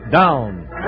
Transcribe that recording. down